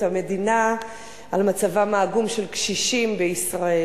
המדינה על מצבם העגום של קשישים בישראל.